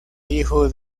hijo